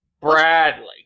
Bradley